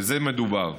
בזה מדובר.